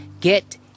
get